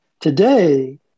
Today